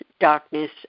darkness